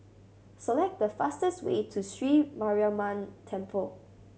select the fastest way to Sri Mariamman Temple